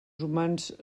humans